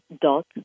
dot